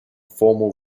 former